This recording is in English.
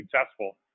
successful